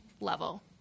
level